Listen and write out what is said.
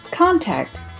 Contact